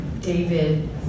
David